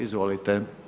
Izvolite.